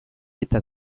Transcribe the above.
eta